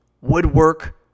woodwork